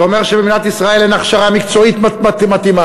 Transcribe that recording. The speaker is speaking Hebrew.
זה אומר שבמדינת ישראל אין הכשרה מקצועית מתאימה,